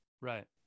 Right